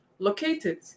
Located